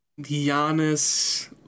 Giannis